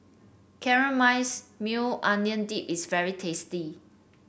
Caramelized Maui Onion Dip is very tasty